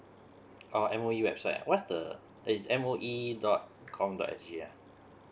oh M_O_E website what's the it's M_O_E dot com dot S G ah